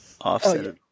offset